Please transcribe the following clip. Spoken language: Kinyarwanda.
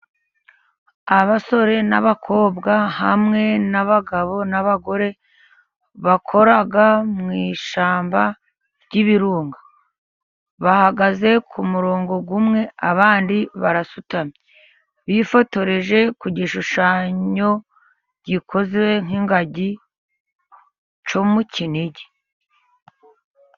Abasore n'abakobwa hamwe n'abagabo n'abagore bakora mu ishyamba ry'ibirunga, bahagaze ku murongo umwe abandi barasutamye, bifotoreje ku gishushanyo gikoze nk'Ingagi cyo mu Kinigi.